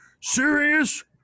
serious